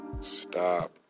stop